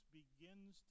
begins